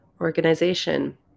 Organization